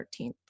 13th